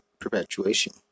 perpetuation